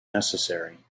necessary